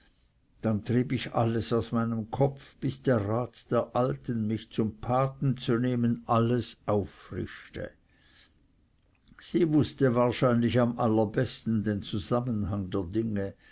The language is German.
dann trieb ich alles aus meinem kopf bis der rat der alten mich zum götti zu nehmen alles auffrischte sie wußte wahrscheinlich am allerbesten den zusammenhang der dinge